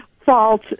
fault